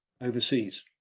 overseas